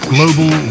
Global